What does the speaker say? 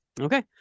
Okay